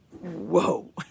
whoa